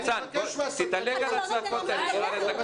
ניצן, תתעלה על הצעקות האלה.